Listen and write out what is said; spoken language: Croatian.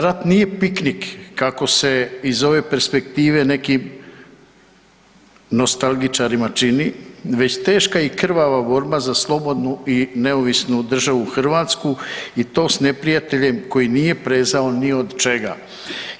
Rat nije piknik, kako se i zove perspektive nekim nostalgičarima čini već teška i krvava borba za slobodnu i neovisnu državu Hrvatsku i to sa neprijateljem koji nije prezao ni od čega